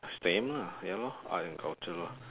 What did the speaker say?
same lah ya lor art and culture lah